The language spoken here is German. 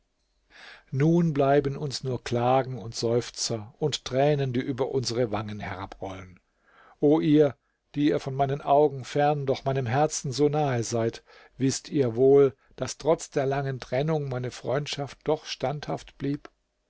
nun bleiben uns nur klagen und seufzer und tränen die über unsere wangen herabrollen o ihr die ihr von meinen augen fern doch meinem herzen so nahe seid wißt ihr wohl daß trotz der langen trennung meine freundschaft doch standhaft blieb